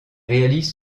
réalise